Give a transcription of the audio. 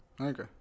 okay